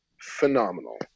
phenomenal